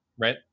right